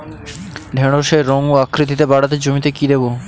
ঢেঁড়সের রং ও আকৃতিতে বাড়াতে জমিতে কি দেবো?